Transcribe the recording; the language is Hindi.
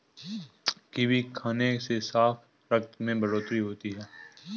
कीवी खाने से साफ रक्त में बढ़ोतरी होती है